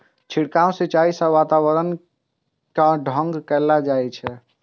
छिड़काव सिंचाइ सं वातावरण कें ठंढा कैल जाइ छै